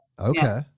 Okay